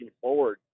forward